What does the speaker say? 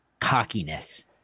cockiness